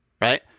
Right